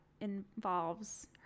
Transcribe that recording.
involves